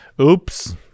Oops